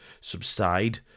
subside